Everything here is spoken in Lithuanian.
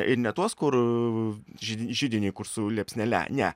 ir ne tuos kur ži židiniui kur su liepsnele ne